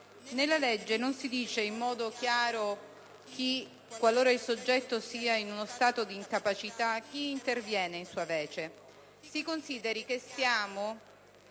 Nella legge non si dice in modo chiaro, qualora il soggetto sia in uno stato d'incapacità, chi interviene in sua vece. Si consideri che siamo